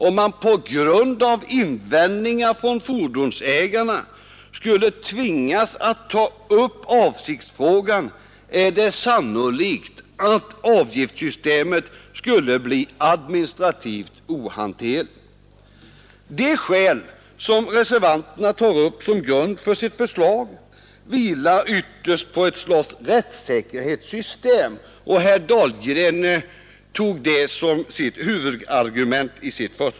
Om man på grund av invändningar från fordonsägarna skulle tvingas att ta upp avsiktsfrågan är det sannolikt att avgiftssystemet skulle bli administrativt ohanterligt. De skäl som reservanterna tar upp som grund för sitt förslag vilar ytterst på ett slags rättssäkerhetssystem, och herr Dahlgren anförde det som huvudargument.